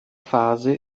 fase